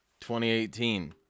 2018